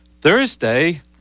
Thursday